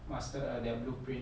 master err their blueprint